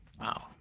wow